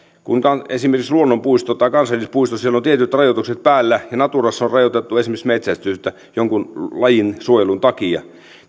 kun otetaan esimerkiksi luonnonpuisto tai kansallispuisto siellä on tietyt rajoitukset päällä ja naturassa on rajoitettu esimerkiksi metsästystä jonkun lajin suojelun takia